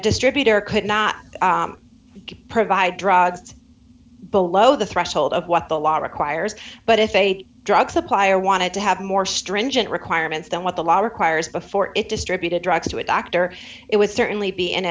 distributor could not provide drugs below the threshold of what the law requires but if a drug supplier wanted to have more stringent requirements than what the law requires before it distributed drugs to a doctor it would certainly be in